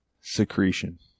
Secretion